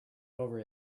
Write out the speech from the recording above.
over